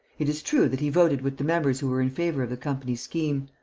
it is true that he voted with the members who were in favour of the company's scheme.